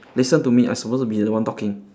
listen to me I supposed to be the one talking